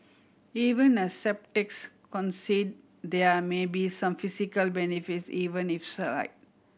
even as sceptics concede there may be some physical benefits even if slight